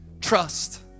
Trust